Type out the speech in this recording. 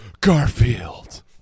Garfield